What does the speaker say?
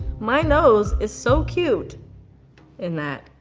my nose is so cute in that.